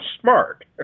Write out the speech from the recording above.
smart